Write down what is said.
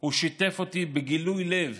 הוא שיתף אותי בגילוי לב